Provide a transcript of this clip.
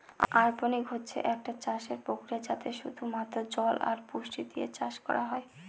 অরপনিক্স হচ্ছে একটা চাষের প্রক্রিয়া যাতে শুধু মাত্র জল আর পুষ্টি দিয়ে চাষ করা হয়